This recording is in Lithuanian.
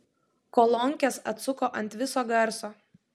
kolonkes atsuko ant viso garso